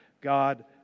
God